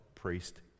priest